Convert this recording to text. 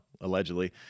allegedly